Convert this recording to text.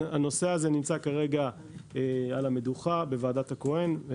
הנושא הזה נמצא כרגע על המדוכה בוועדת הכהן.